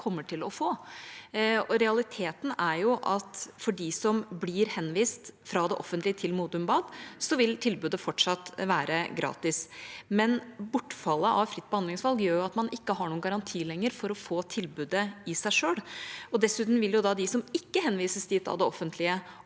kommer til å få. Realiteten er at for dem som blir henvist fra det offentlige til Modum Bad, vil tilbudet fortsatt være gratis, men bortfallet av fritt behandlingsvalg gjør at man ikke lenger har noen garanti for å få tilbudet i seg selv. Dessuten vil jo de som ikke henvises dit av det offentlige,